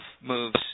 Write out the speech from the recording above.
moves